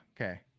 Okay